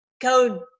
code